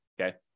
Okay